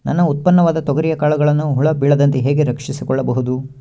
ನನ್ನ ಉತ್ಪನ್ನವಾದ ತೊಗರಿಯ ಕಾಳುಗಳನ್ನು ಹುಳ ಬೇಳದಂತೆ ಹೇಗೆ ರಕ್ಷಿಸಿಕೊಳ್ಳಬಹುದು?